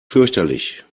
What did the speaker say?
fürchterlich